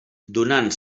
donant